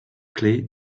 clés